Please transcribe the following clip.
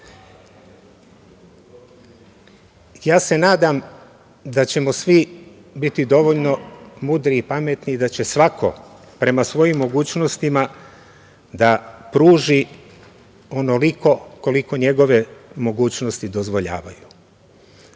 se da ćemo svi biti dovoljno mudri i pametni i da će svako prema svojim mogućnostima da pruži onoliko koliko njegove mogućnosti dozvoljavaju.